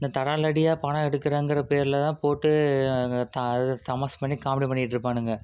இந்த தடாலடியாக படம் எடுக்கிறங்கிற பேரில் தான் போட்டு தமாஸ் பண்ணி காமெடி பண்ணிட்டு இருப்பானுங்க